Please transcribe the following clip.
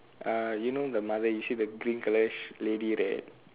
uh you know the mother you see the green colour lady that